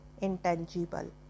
intangible